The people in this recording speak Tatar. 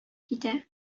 китә